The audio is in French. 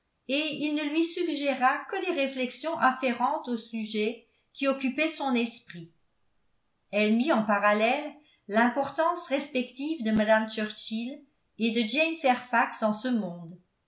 et il ne lui suggéra que des réflexions afférentes au sujet qui occupait son esprit elle mit en parallèle l'importance respective de mme churchill et de jane fairfax en ce monde